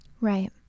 Right